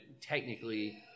technically